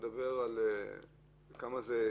כמה זה?